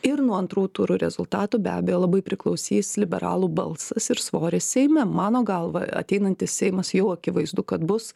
ir nuo antrų turų rezultatų be abejo labai priklausys liberalų balsas ir svoris seime mano galva ateinantis seimas jau akivaizdu kad bus